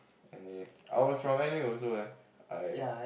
N_A I was from N_A also eh I